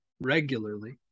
regularly